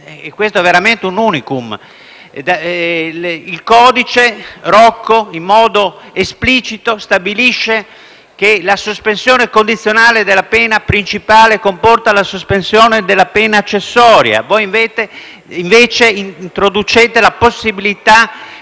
questo è veramente un *unicum*. Il codice Rocco, in modo esplicito, stabilisce che la sospensione condizionale della pena principale comporta la sospensione della pena accessoria, voi invece introducete la possibilità